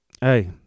hey